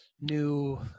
new